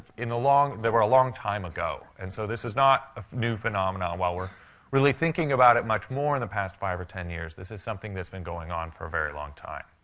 in the long they were a long time ago, and so this is not a new phenomenon. while we're really thinking about it much more in the past five or ten years, this is something that's been going on for a very long time.